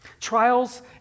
Trials